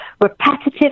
repetitive